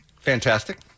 Fantastic